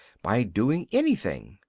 by doing anything.